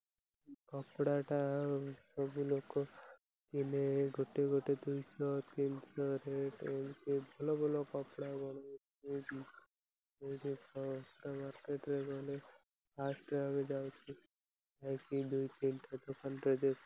ବ୍ୟବହାର କରିଥାନ୍ତି ଆଉ ଲୋକଙ୍କୁ ପିଲାମାନଙ୍କୁ ଉଲ୍ଲାସିତ କରିଥାନ୍ତି ଗୋଟେ ଯଦି କୌଣସି ବ୍ୟକ୍ତି ଯେଉଁ କୌଣସି ନୂଆ ପ୍ୟାଣ୍ଟ୍ ସାର୍ଟ୍ କିଣି ନିଜ ମଧ୍ୟ ପିନ୍ଧିଥାନ୍ତି ସେହି ସବୁ ଜିନିଷକୁ ଦେଖି ଲୋକ ମଧ୍ୟ ବହୁତ ଆନନ୍ଦ ପାଇଥାନ୍ତି ତୁ ଆଜି ବହୁତ ସୁନ୍ଦର ବା ବହୁତ ଭଲ ଦିଶୁଛୁ